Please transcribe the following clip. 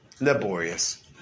laborious